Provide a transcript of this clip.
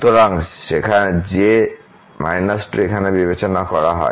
সুতরাং যে −2 এখানে বিবেচনা করা হয়